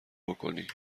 بکنی